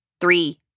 Three